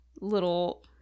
little